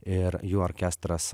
ir jų orkestras